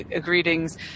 greetings